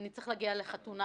'אני צריך להגיע לחתונה',